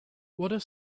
what